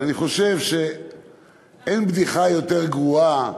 אבל אני חושב שאין בדיחה יותר גרועה